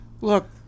look